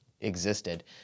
existed